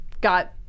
got